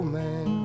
man